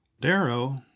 Darrow